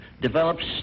develops